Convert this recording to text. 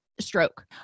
stroke